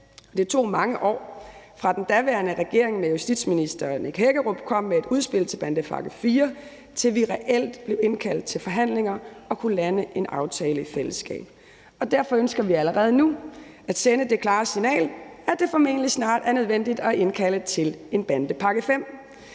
Det tog mange år, fra den daværende regering med justitsminister Nick Hækkerup kom med et udspil til bandepakke IV, til vi reelt blev indkaldt til forhandlinger og kunne lande en aftale i fællesskab. Derfor ønsker vi allerede nu at sende det klare signal, at det formentlig snart er nødvendigt at indkalde til en bandepakke V.